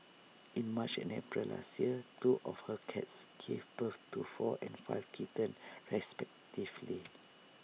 in March and April last year two of her cats gave birth to four and five kittens respectively